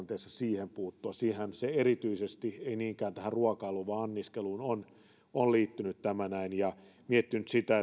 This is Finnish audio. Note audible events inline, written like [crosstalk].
[unintelligible] tässä tilanteessa siihen puuttua siihenhän se erityisesti ei niinkään tähän ruokailuun vaan anniskeluun on on liittynyt tämä näin ja olen miettinyt sitä [unintelligible]